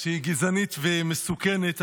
-- שהיא גזענית ומסוכנת,